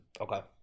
Okay